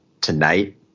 tonight